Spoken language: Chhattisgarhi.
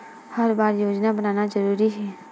हर बार योजना बनाना जरूरी है?